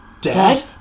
Dad